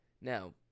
Now